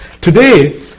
Today